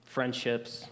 friendships